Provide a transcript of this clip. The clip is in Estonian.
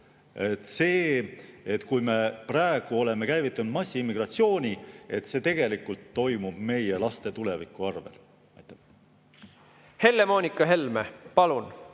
See, et me praegu oleme käivitanud massiimmigratsiooni, tegelikult toimub meie laste tuleviku arvel. Helle-Moonika Helme, palun!